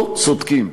לא צודקים.